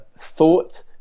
thought